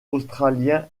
australien